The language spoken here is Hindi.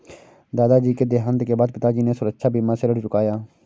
दादाजी के देहांत के बाद पिताजी ने सुरक्षा बीमा से ऋण चुकाया